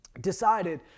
decided